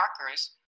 markers